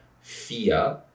fear